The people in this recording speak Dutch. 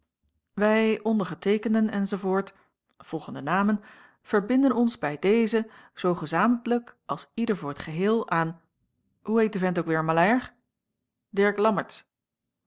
wij ondergeteekenden enz volgen de namen verbinden ons bij deze zoo gezamentlijk als ieder voor t geheel aan hoe heet de vent ook weêr maleier dirk lammertsz